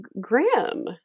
grim